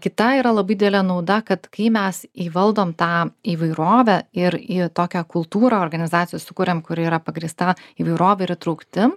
kita yra labai didelė nauda kad kai mes įvaldom tą įvairovę ir į tokią kultūrą organizacijos sukuriam kuri yra pagrįsta įvairove ir įtrauktim